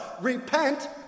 Repent